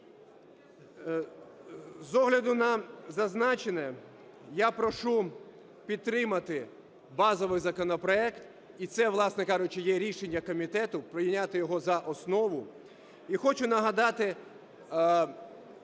З огляду на зазначене, я прошу підтримати базовий, і це, власне кажучи, є рішення комітету прийняти його за основу. І хочу нагадати